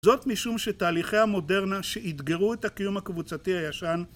זאת משום שתהליכי המודרנה שאתגרו את הקיום הקבוצתי הישן